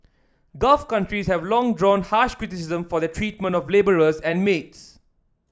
gulf countries have long drawn harsh criticism for their treatment of labourers and maids